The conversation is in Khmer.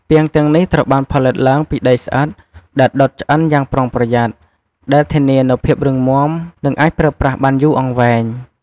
ពាងទាំងនេះត្រូវបានផលិតឡើងពីដីស្អិត ដែលដុតឆ្អិនយ៉ាងប្រុងប្រយ័ត្ន ដែលធានានូវភាពរឹងមាំ និងអាចប្រើប្រាស់បានយូរអង្វែង។